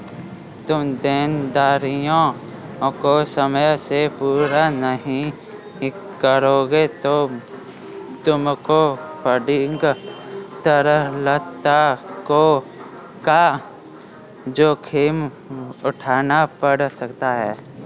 तुम देनदारियों को समय से पूरा नहीं करोगे तो तुमको फंडिंग तरलता का जोखिम उठाना पड़ सकता है